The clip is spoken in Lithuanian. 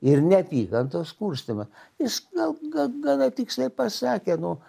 ir neapykantos kurstyma jis na ga gana tiksliai pasakė nu